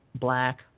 black